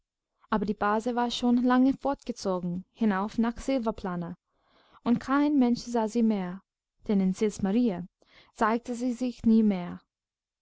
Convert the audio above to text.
aber die base war schon lange fortgezogen hinauf nach silvaplana und kein mensch sah sie mehr denn in sils maria zeigte sie sich nie mehr